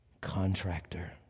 contractor